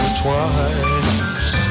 twice